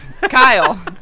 Kyle